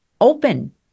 open